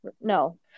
no